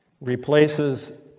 replaces